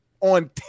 on